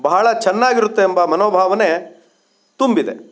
ಬಹಳ ಚೆನ್ನಾಗಿರುತ್ತೆಂಬ ಮನೋಭಾವನೆ ತುಂಬಿದೆ